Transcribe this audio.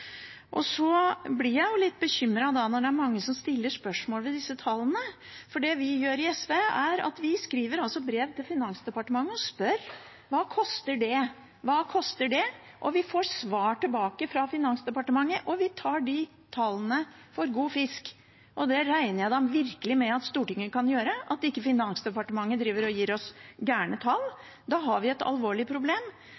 Så blir jeg litt bekymret når det er mange som stiller spørsmål ved disse tallene, for det vi gjør i SV, er at vi skriver brev til Finansdepartementet og spør: Hva koster det? Vi får svar tilbake fra Finansdepartementet, og vi tar de tallene for god fisk. Det regner jeg da virkelig med at Stortinget kan gjøre, at ikke Finansdepartementet driver og gir oss